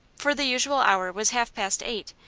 for the usual hour was half-past eight,